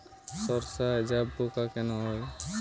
সর্ষায় জাবপোকা কেন হয়?